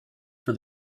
for